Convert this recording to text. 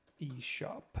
eShop